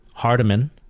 Hardiman